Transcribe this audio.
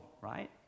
right